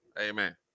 Amen